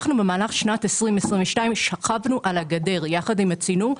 אנחנו במהלך שנת 2022 שכבנו על הגדר יחד עם 'הצינור',